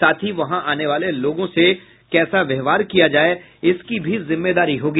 साथ ही वहां आने वाले लोग से कैसा व्यवहार किया जाय इसकी भी जिम्मेदारी होगी